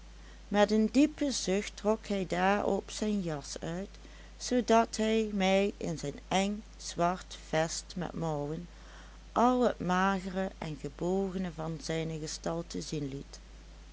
met een diepen zucht trok hij daarop zijn jas uit zoodat hij mij in zijn eng zwart vest met mouwen al het magere en gebogene van zijne gestalte zien liet